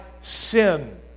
sin